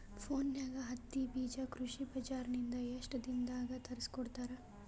ಫೋನ್ಯಾಗ ಹತ್ತಿ ಬೀಜಾ ಕೃಷಿ ಬಜಾರ ನಿಂದ ಎಷ್ಟ ದಿನದಾಗ ತರಸಿಕೋಡತಾರ?